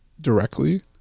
directly